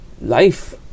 Life